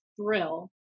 thrill